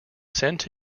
sent